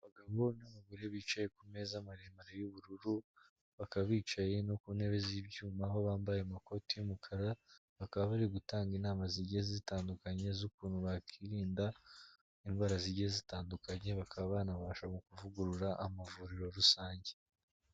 Abagabo n'abagore bicaye ku meza maremare y'ubururu, bakaba bicaye no ku ntebe z'ibyuma aho bambaye amakoti y'umukara, bakaba bari gutanga inama zigiye zitandukanye z'ukuntu bakirinda indwara zigiye zitandukanye, bakaba banabasha kuvugurura amavuriro rusange.